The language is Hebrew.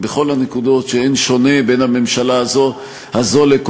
בכל הנקודות שאין שוני בין הממשלה הזאת לקודמתה,